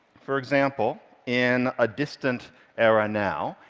for example, in a distant era now,